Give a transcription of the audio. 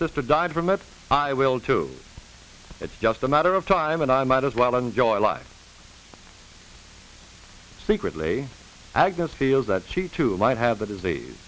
sister died from it i will too it's just a matter of time and i might as well enjoy life it's secretly agnes feels that she too might have the disease